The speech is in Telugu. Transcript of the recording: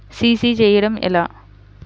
సి.సి చేయడము ఎలా?